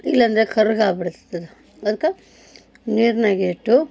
ಇಲ್ಲ ಅಂದರೆ ಕರ್ರಗಾಗ್ಬಿಡತ್ತುದ ಅದಕ್ಕೆ ನೀರಿನಾಗೆ ಇಟ್ಟು